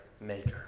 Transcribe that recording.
maker